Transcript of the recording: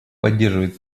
поддерживает